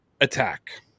attack